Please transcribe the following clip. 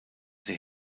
sie